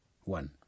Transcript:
one